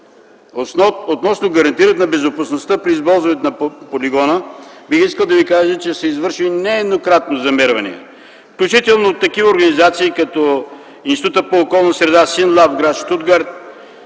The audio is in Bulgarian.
Относно гарантирането на безопасността при използването на полигона, бих искал да Ви кажа, че са извършени нееднократно замервания, включително от такива организации като Института по околна среда „Синлаб” в гр. Щутгарт,